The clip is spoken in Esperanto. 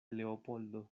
leopoldo